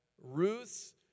Ruth's